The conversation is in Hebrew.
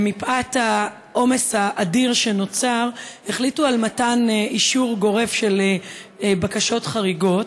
מפאת העומס האדיר שנוצר החליטו על מתן אישור גורף של בקשות חריגות.